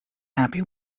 happy